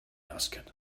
asked